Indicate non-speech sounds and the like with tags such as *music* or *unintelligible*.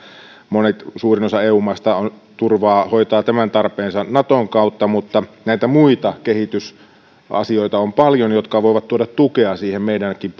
suurin osa eu maista hoitaa tämän tarpeensa naton kautta mutta näitä muita kehitysasioita on paljon jotka voivat tuoda tukea meidänkin *unintelligible*